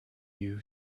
you